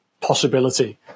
possibility